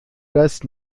das